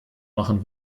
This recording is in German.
machen